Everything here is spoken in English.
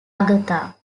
agatha